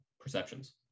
perceptions